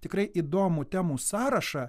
tikrai įdomu temų sąrašą